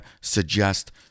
suggest